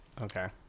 Okay